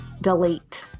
delete